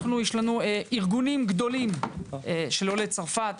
יש לנו ארגונים גדולים של עולי צרפת,